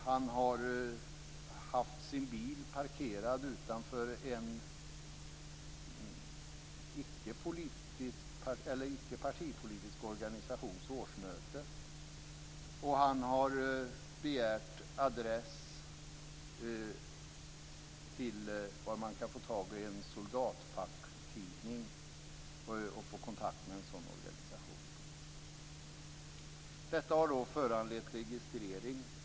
Han har haft sin bil parkerad utanför en icke-partipolitisk organisations årsmöte. Han har begärt adress till var man kan få tag i en soldatfacktidning och få kontakt med en sådan facklig organisation. Denna politiska aktivitet har föranlett registrering.